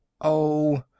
Oh